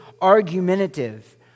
argumentative